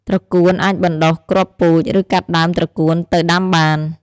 ត្រកួន អាចបណ្ដុះគ្រាប់ពូជ ឬកាត់ដើមត្រកួនទៅដាំបាន។